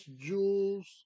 jewels